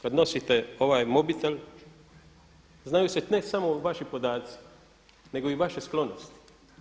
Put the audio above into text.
Kad nosite ovaj mobitel znaju se ne samo vaši podaci, nego i vaše sklonosti.